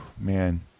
Man